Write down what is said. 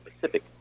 Pacific